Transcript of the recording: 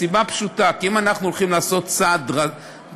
מסיבה פשוטה: כי אם אנחנו הולכים לעשות צעד דרסטי,